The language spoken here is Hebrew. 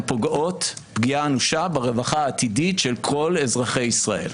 פוגעות פגיעה אנושה ברווחה העתידית של כל אזרחי ישראל.